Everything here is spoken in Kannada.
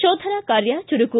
ಶೋಧನಾ ಕಾರ್ಯ ಚುರುಕು